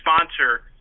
sponsor